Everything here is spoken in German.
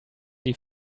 die